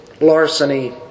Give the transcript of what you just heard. larceny